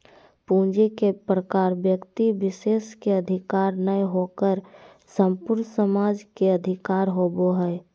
पूंजी के प्रकार व्यक्ति विशेष के अधिकार नय होकर संपूर्ण समाज के अधिकार होबो हइ